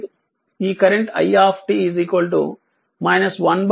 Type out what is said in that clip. ఈ current i 1 1 4 iL ఉంటుంది